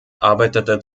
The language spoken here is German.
arbeitete